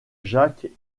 jacques